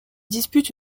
dispute